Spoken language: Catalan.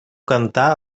cantar